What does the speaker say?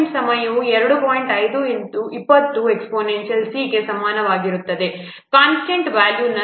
5 20c ಕ್ಕೆ ಸಮನಾಗಿರುತ್ತದೆ ಕನ್ಸ್ಟಂಟ್ನ ವ್ಯಾಲ್ಯೂ ಸಾಮಾನ್ಯ ಪ್ರೊಡಕ್ಟ್ಗೆ 0